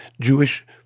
Jewish